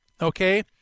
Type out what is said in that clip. Okay